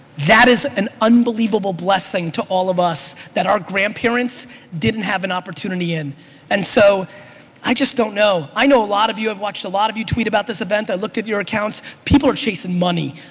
that is an unbelievable blessing to all of us that our grandparents didn't have an opportunity in and so i just don't know. i know a lot of you have watched, a lot of you tweet about this event, i looked at your accounts, people are chasing money.